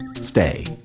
Stay